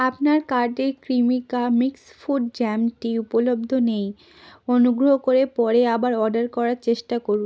আপনার কার্ডে Cremica mix fruit জ্যামটি উপলব্ধ নেই অনুগ্রহ করে পরে আবার অর্ডার করার চেষ্টা করুন